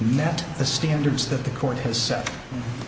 met the standards that the court has